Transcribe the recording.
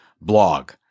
blog